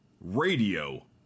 Radio